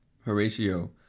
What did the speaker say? Horatio